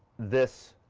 this